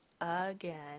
again